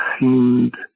seemed